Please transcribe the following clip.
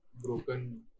broken